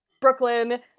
Brooklyn